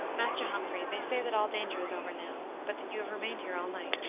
master humphrey, they say that all danger is over now, but that you have remained here all night.